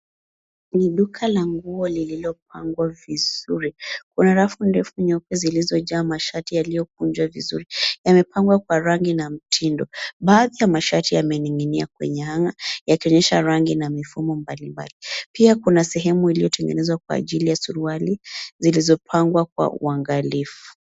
Ni duka la nguo lililopangwa vizuri. Kuna rafu ndefu nyeupe zilizojaa mashati yaliyokunjwa vizuri, yamepangwa kwa rangi na mtindo. Baadhi ya mashati yamening'inia kwenye hanga yakionyesha rangi na mifumo mbalimbali. pia kuna sehemu iliyotengenezwa kwa ajili ya suruali zilizopangwa kwa uangalifu.